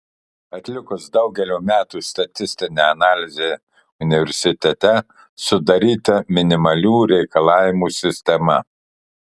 atlikus daugelio metų statistinę analizę universitete sudaryta minimalių reikalavimų sistema